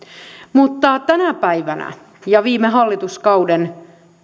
mutta tänä päivänä ja viime hallituskauden